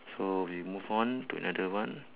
so we move on to another one